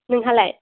नोंहालाय